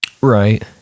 Right